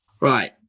Right